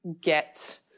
get